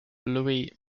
louis